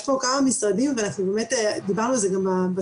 יש פה כמה משרדים ודיברנו על זה גם בשולחן,